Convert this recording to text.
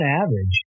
average